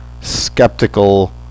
skeptical